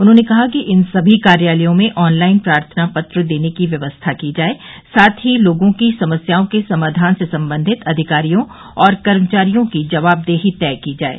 उन्होंने कहा कि इन सभी कार्यालयों में ऑन लाइन प्रार्थना पत्र देने की व्यवस्था की जाये साथ ही लोगों की समस्याओं के समाधान से संबंधित अधिकारियों और कर्मचारियों की जवाबदेही तय की जाये